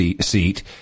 seat